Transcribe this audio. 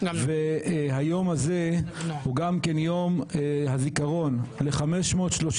והיום הזה הוא גם כן יום הזיכרון ל-530